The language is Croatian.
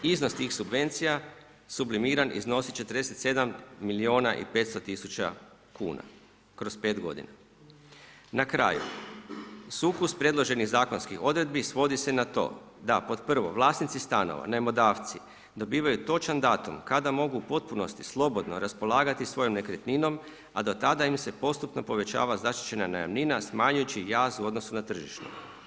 Iznos tih subvencija, sublimiran, iznosi 47 milijuna i 500 tisuća kuna kroz 5 g. Na kraju, sukus predloženih zakonskih odredbi, svodi se na to, da pod prvo, vlasnici stanova, najmodavci, dobivaju točan datum, kada mogu u potpunosti, slobodno raspolagati svojom nekretninom, a do tada im se postupak povećava zaštićena najamnina, smanjujući jaz u odnosu na tržišno.